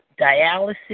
dialysis